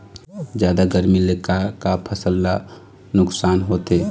जादा गरमी ले का का फसल ला नुकसान होथे?